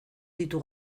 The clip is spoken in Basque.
ditu